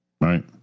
Right